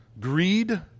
greed